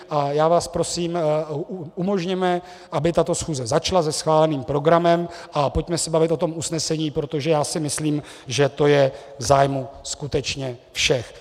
A já vás prosím, umožněme, aby tato schůze začala se schváleným programem, a pojďme se bavit o tom usnesení, protože já si myslím, že je to v zájmu skutečně všech.